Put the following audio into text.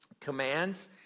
commands